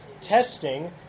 Testing